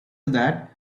that